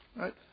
right